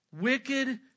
wicked